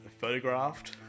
photographed